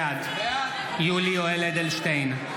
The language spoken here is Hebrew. בעד יולי יואל אדלשטיין,